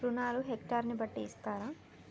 రుణాలు హెక్టర్ ని బట్టి ఇస్తారా?